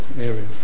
area